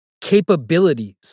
capabilities